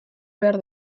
behar